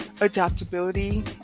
adaptability